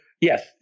yes